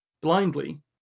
Blindly